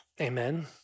Amen